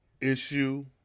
issue